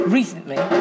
recently